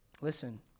Listen